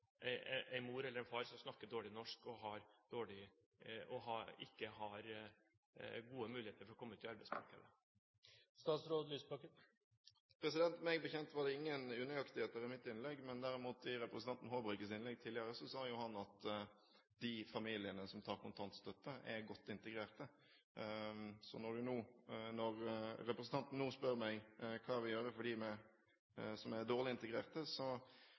en mor eller en far som snakker dårlig norsk og ikke har gode muligheter til å komme inn på arbeidsmarkedet? Meg bekjent var det ingen unøyaktigheter i mitt innlegg. Men derimot i sitt innlegg tidligere sa representanten Håbrekke at de familiene som tar kontantstøtte, er godt integrert. Når representanten nå spør meg hva vi vil gjøre for dem som er dårlig